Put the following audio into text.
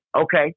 Okay